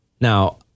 Now